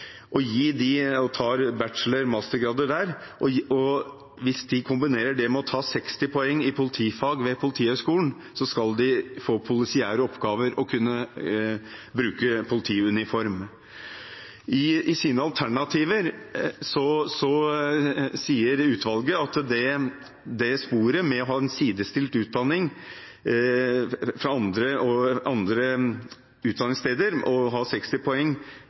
og tar bachelor- og mastergrader der, og hvis de kombinerer det med å ta 60 poeng i politifag ved Politihøgskolen, skal de få polisiære oppgaver og kunne bruke politiuniform. Av sine alternativer sier utvalget at sporet med å ha en sidestilt utdanning fra andre utdanningssteder og ha 60 poeng